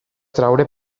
treure